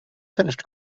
finished